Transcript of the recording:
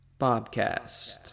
Bobcast